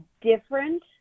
different